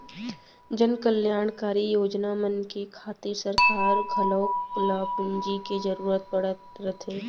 जनकल्यानकारी योजना मन के खातिर सरकार घलौक ल पूंजी के जरूरत पड़त रथे